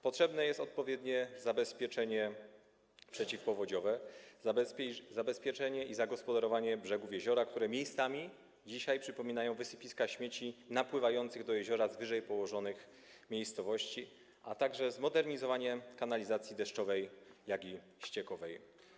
Potrzebne jest odpowiednie zabezpieczenie przeciwpowodziowe, zabezpieczenie i zagospodarowanie brzegów jeziora, które miejscami dzisiaj przypominają wysypiska śmieci napływających do jeziora z wyżej położonych miejscowości, a także zmodernizowanie kanalizacji deszczowej i ściekowej.